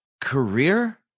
career